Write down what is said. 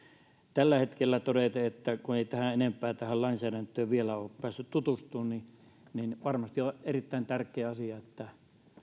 tällä hetkellä totean kun ei enempää tähän lainsäädäntöön vielä ole päässyt tutustumaan että varmasti on erittäin tärkeä asia että